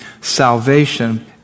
Salvation